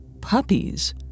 puppies